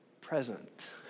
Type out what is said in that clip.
present